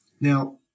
Now